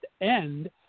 End